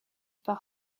par